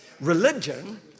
Religion